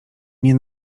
nie